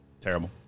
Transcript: Terrible